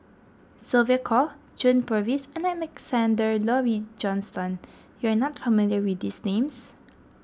Sylvia Kho John Purvis and Alexander Laurie Johnston you are not familiar with these names